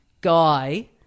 guy